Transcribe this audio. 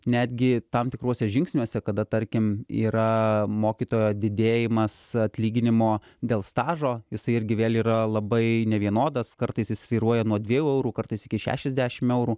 netgi tam tikruose žingsniuose kada tarkim yra mokytojo didėjimas atlyginimo dėl stažo jisai irgi vėl yra labai nevienodas kartais jis svyruoja nuo dviejų eurų kartais iki šešiasdešim eurų